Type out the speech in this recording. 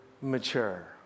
mature